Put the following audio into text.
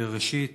ראשית,